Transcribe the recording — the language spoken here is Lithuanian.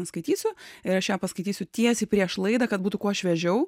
neskaitysiu ir aš ją paskaitysiu tiesiai prieš laidą kad būtų kuo šviežiau